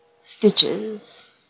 stitches